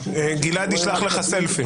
גלעד ישלח לך סלפי.